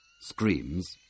screams